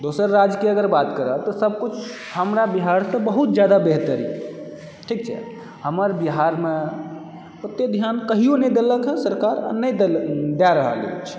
दोसर राज्यके अगर बात करब तऽ सभकिछु हमरा बिहारसँ बहुत ज्यादा बेहतर अछि ठीक छै हमर बिहारमे ओतए ध्यान कहिओ नहि देलक हँ सरकार आ नहि दय रहल अछि